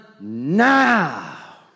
Now